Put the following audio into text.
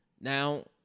Now